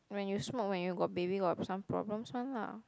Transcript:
when you smoke when you got baby got some problems [one] lah